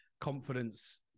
confidence